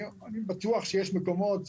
אני בטוח שיש מקומות,